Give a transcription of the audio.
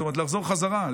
לחזור חזרה,